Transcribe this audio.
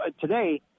today